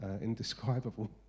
Indescribable